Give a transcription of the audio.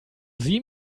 sie